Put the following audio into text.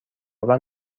آور